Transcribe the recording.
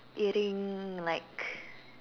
eating like